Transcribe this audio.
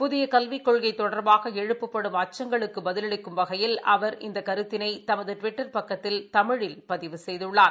புதிய கல்விக் கொள்கை தொடர்பாக எழுப்பப்படும் அச்சங்களுக்கு பதிலளிக்கும் வகையில் அவர் இந்த கருத்தினை தமது டுவிட்டர் பக்கத்தில் தமிழில் பதிவு செய்துள்ளார்